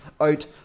out